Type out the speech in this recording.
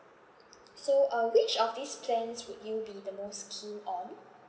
so uh which of these plans would you be the most keen on